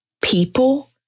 people